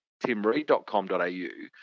timreed.com.au